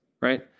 right